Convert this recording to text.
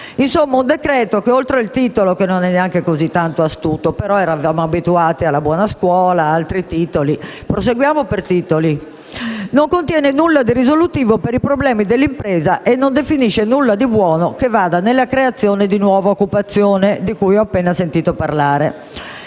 di un decreto-legge che, oltre il titolo (che non è neanche tanto astuto, però eravamo abituati alla buona scuola e ad altri titoli, quindi proseguiamo per titoli), non contiene nulla di risolutivo per i problemi dell'impresa e non definisce nulla di buono che vada verso la creazione di nuova occupazione, di cui ho appena sentito parlare.